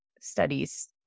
studies